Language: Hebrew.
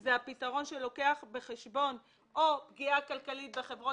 זה הפתרון שלוקח בחשבון פגיעה כלכלית בחברות